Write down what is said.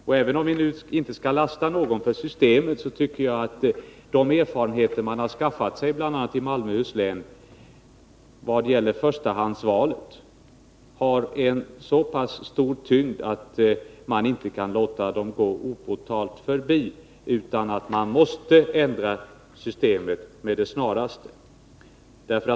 Och även om vi inte skall lasta någon för systemet, tycker jag att de erfarenheter man har skaffat sig, bl.a. i Malmöhus län vad gäller förstahandsvalet, har så stor tyngd att man inte kan underlåta att beakta dem. Man måste därför ändra systemet med det snaraste.